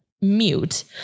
mute